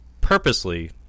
purposely